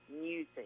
music